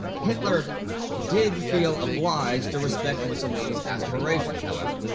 hitler did feel obliged to respect mussolini's aspirations, however,